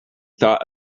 thought